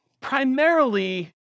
primarily